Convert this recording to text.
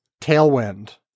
tailwind